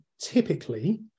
typically